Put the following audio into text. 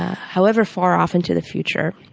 however far off into the future,